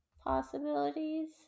possibilities